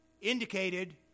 indicated